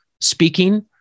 speaking